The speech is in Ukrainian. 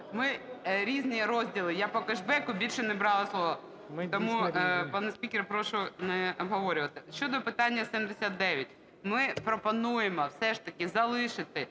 Різні розділи, я по кешбеку більше не брала слово. Пане спікер, прошу не обговорювати. Щодо питання 79, ми пропонуємо все ж таки залишити